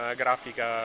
grafica